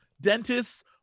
dentists